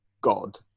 god